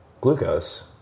glucose